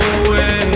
away